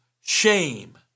shame